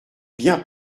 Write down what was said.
bien